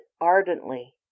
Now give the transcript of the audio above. ardently